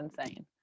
insane